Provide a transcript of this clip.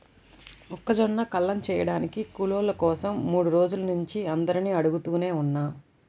మొక్కజొన్న కల్లం చేయడానికి కూలోళ్ళ కోసరం మూడు రోజుల నుంచి అందరినీ అడుగుతనే ఉన్నా